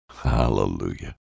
Hallelujah